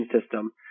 system